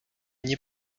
nie